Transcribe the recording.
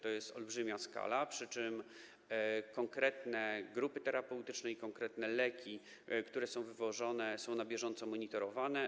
To jest olbrzymia skala, przy czym konkretne grupy terapeutyczne i konkretne leki, które są wywożone, są na bieżąco monitorowane.